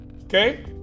okay